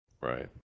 Right